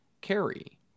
carry